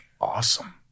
Awesome